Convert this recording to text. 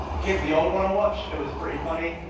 give the old one a watch, it was pretty funny,